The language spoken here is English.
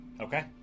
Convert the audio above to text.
okay